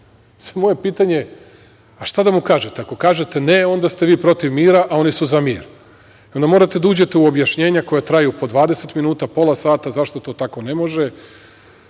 pitanje - a šta da mu kažete? Ako kažete ne, onda ste vi protiv mira, a oni su za mir i onda morate da uđete u objašnjenja koja traju po 20 minuta, pola sata, zašto to tako ne može,